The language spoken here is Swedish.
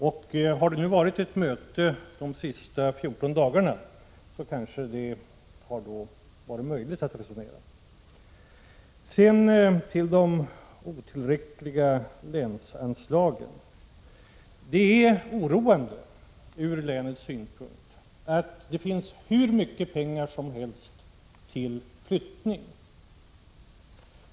Om det nu har varit ett möte under de senaste 14 dagarna, har det kanske varit möjligt att resonera. Sedan till de otillräckliga länsanslagen. Det är oroande från länets synpunkt att det finns hur mycket pengar som helst till flyttning.